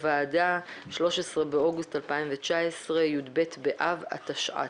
13 באוגוסט 2019, י"ב באב התשע"ט.